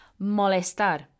Molestar